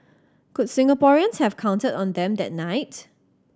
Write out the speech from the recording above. could Singaporeans have counted on them that night